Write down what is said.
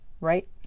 right